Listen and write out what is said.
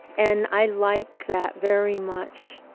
and i like that very much.